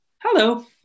Hello